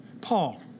Paul